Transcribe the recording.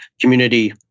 community